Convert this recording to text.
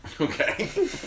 Okay